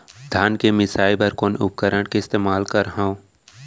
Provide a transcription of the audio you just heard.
धान के मिसाई बर कोन उपकरण के इस्तेमाल करहव?